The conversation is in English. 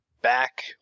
back